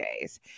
days